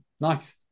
nice